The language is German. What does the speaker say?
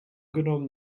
genommen